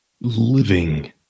living